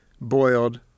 boiled